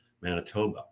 Manitoba